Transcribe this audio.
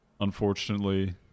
unfortunately